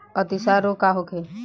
अतिसार रोग का होखे?